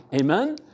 Amen